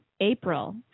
April